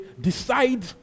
decide